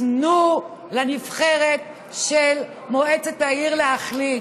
תנו לנבחרת של מועצת העיר להחליט.